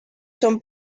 son